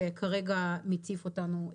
שכרגע מציף אותנו,